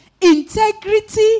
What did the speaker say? Integrity